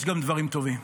יש גם דברים טובים.